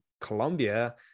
Colombia